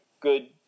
good